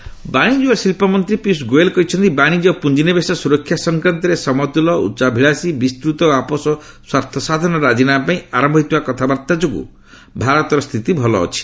Goyal trade ବାଣିଜ୍ୟ ଓ ଶିଳ୍ପ ମନ୍ତ୍ରୀ ପିୟୁଷ୍ ଗୋୟଲ କହିଛନ୍ତି ବାଣିଜ ଓ ପୁଞ୍ଜିନିବେଶ ସୁରକ୍ଷା ସଂକ୍ରାନ୍ତରେ ସମତୁଲ ଉଚ୍ଚାଭିଳାଷୀ ବିସ୍ତୃତ ଓ ଆପୋଷ ସ୍ୱାର୍ଥସାଧନ ରାଜିନାମା ପାଇଁ ଆରମ୍ଭ ହୋଇଥିବା କଥାବାର୍ତ୍ତା ଯୋଗୁଁ ଭାରତର ସ୍ଥିତି ଭଲ ରହିଛି